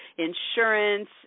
insurance